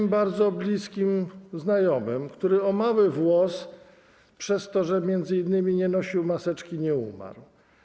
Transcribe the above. moim bardzo bliskim znajomym, który o mały włos przez to, że m.in. nie nosił maseczki, nie umarł.